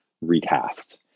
recast